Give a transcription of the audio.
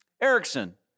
Erickson